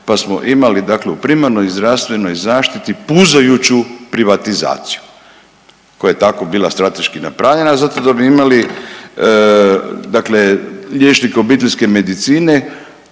pa smo imali dakle u primarnoj zdravstvenoj zaštiti puzajuću privatizaciju koja je tako bila strateški napravljena zato da bi imali dakle liječnike obiteljske medicine